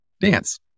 dance